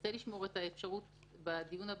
שנרצה לשמור את האפשרות בדיון הבא,